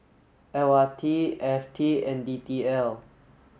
L R T F T and D T L